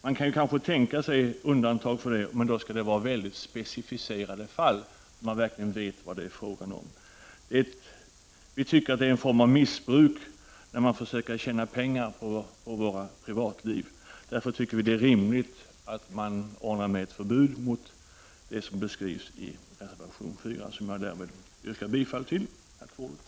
Man kan kanske tänka sig undantag, men det skall i så fall vara mycket specificerade fall då man verkligen vet vad det är fråga om. Det är enligt vår mening en form av missbruk när man försöker tjäna pengar på våra privatliv. Därför är det rimligt med ett förbud i denna fråga såsom föreslås i reservation 4, vilken jag härmed yrkar bifall till. Tack för ordet.